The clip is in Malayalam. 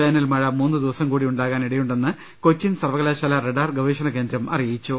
വേനൽമഴ മൂന്നു ദിവസം കൂടി ഉണ്ടാകാൻ ഇടയു ണ്ടെന്ന് കൊച്ചിൻ സർവകലാശാല റഡാർ ഗവേഷണകേന്ദ്രം അറിയിച്ചു